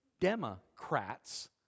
democrats